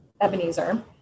Ebenezer